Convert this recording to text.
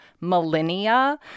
millennia